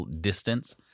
distance